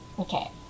Okay